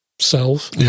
self